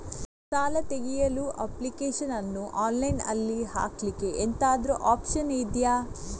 ಸಾಲ ತೆಗಿಯಲು ಅಪ್ಲಿಕೇಶನ್ ಅನ್ನು ಆನ್ಲೈನ್ ಅಲ್ಲಿ ಹಾಕ್ಲಿಕ್ಕೆ ಎಂತಾದ್ರೂ ಒಪ್ಶನ್ ಇದ್ಯಾ?